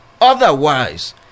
Otherwise